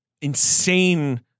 insane